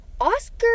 Oscar